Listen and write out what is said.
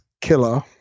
killer